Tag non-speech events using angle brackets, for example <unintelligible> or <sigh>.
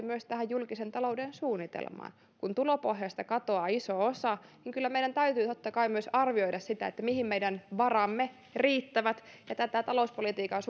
<unintelligible> myös tähän julkisen talouden suunnitelmaan kun tulopohjasta katoaa iso osa niin kyllä meidän täytyy totta kai myös arvioida sitä mihin meidän varamme riittävät ja tätä talouspolitiikan <unintelligible>